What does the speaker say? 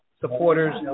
supporters